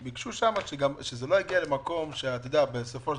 שביקשו שם שזה לא יגיע למקום שבסופו של